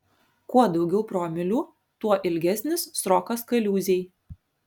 kuo daugiau promilių tuo ilgesnis srokas kaliūzėj